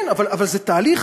כן, אבל זה תהליך.